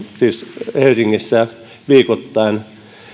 siis helsingissä viikoittain